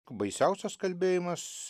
baisiausias kalbėjimas